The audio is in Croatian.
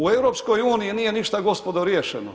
U EU nije ništa gospodo riješeno.